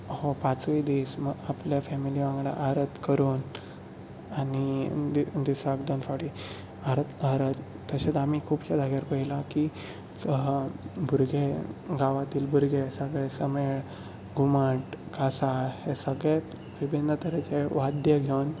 हो पांचूय दीस आपल्या फॅमिली वांगडा आरत करून आनी दिसाक दोन फावटी आरत तशेंच आमी खुबशा जाग्यार पयलां की जो हो भुरगे गांवातील भुरगे सगळे शामेळ घुमठ कांसाळ हे सगळे विभिन्न तरेचे वाद्य घेवन